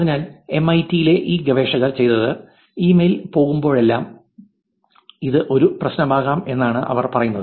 അതിനാൽ എംഐടിയിലെ ഈ ഗവേഷകർ ചെയ്തത് ഇമെയിൽ പോകുമ്പോഴെല്ലാം ഇത് ഒരു പ്രശ്നമാകാം എന്നാണ് അവർ പറയുന്നത്